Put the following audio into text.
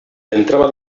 entrava